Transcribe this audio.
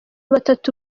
batatu